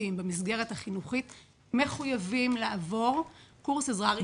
הצוותים במסגרת החינוכית מחויבים לעבור קורס עזרה ראשונה.